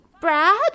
Brad